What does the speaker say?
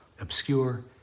obscure